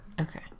okay